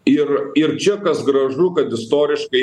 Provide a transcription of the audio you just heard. ir ir čia kas gražu kad istoriškai